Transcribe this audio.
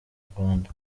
rwanda